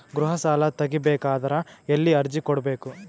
ಗೃಹ ಸಾಲಾ ತಗಿ ಬೇಕಾದರ ಎಲ್ಲಿ ಅರ್ಜಿ ಕೊಡಬೇಕು?